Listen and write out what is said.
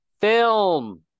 film